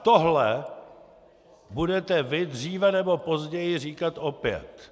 A tohle budete vy dříve nebo později říkat opět!